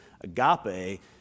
agape